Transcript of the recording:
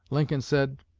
lincoln said